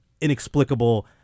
inexplicable